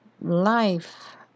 life